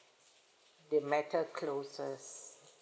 the matter close us